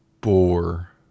bore